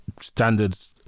standards